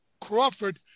Crawford